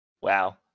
Wow